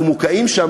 אנחנו מוקעים שם.